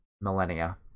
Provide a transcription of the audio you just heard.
millennia